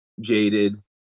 jaded